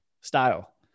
style